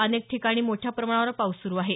अनेक ठिकाणी मोठ्या प्रमाणावर पाऊस सुरु आहे